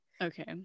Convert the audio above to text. Okay